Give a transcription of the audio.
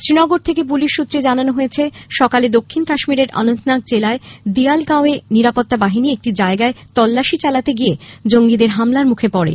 শ্রীনগর থেকে পুলিশ সৃত্রে জানানো হয়েছে সকালে দক্ষিণ কাশ্মীরের অনন্তনাগ জেলার দিয়ালগাঁও এ নিরাপত্তা বাহিনী একটি জায়গায় তল্লাশি চালাতে গিয়ে জঙ্গীদের হামলার মুখে পড়ে